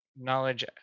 knowledge